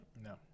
no